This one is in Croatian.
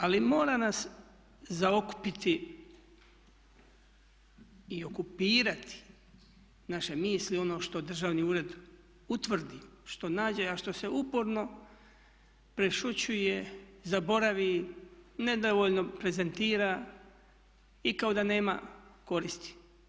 Ali mora nas zaokupiti i okupirati naše misli ono što državni ured utvrdi, što nađe a što se uporno prešućuje, zaboravi, nedovoljno prezentira i kao da nema koristi.